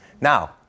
Now